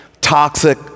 toxic